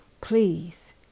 Please